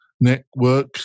network